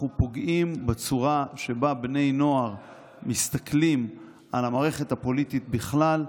אנחנו פוגעים בצורה שבה בני נוער מסתכלים על המערכת הפוליטית בכלל,